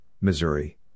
Missouri